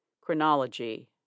Chronology